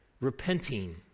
repenting